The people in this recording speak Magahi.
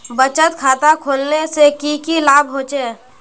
बचत खाता खोलने से की की लाभ होचे?